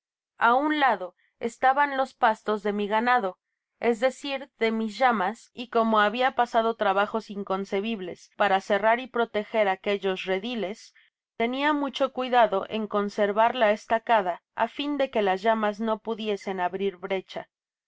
á un lado estaban los pastos de mi ganado es decir de mis llamas y como habia pasado tra bajos inconcebibles para cerrar y proteger aquellos rediles tenia mucho cuidado en conservar la estacada á fin de quo las llamas no pudiesen abrir brecha